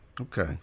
Okay